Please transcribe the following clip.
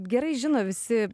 gerai žino visi